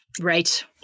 Right